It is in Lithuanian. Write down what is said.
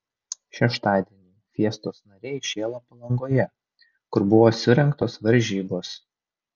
šeštadienį fiestos nariai šėlo palangoje kur buvo surengtos varžybos